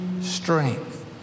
strength